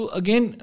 again